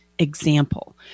example